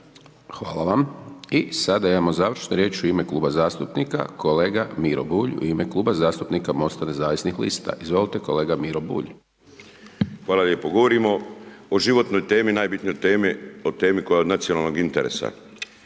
Hvala vam. I sada imamo završnu riječ u ime Kluba zastupnika kolega Miro Bulj u ime Kluba zastupnika MOST-a nezavisnih lista. Izvolite kolega Miro Bulj. **Bulj, Miro (MOST)** Hvala lijepo. Govorimo o životnoj temi, najbitnijoj temi, o temi koja je od nacionalnog interesa.